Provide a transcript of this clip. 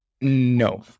No